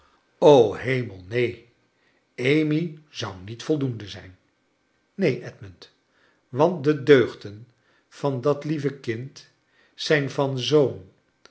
hemel neen amy zou met voldoenle zip neen edmund want de deugden van dat lieve kind zijn van zoo'n